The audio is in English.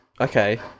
Okay